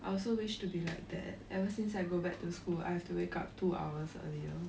I also wish to be like that ever since I go back to school I have to wake up two hours earlier